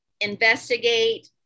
investigate